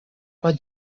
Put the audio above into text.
pot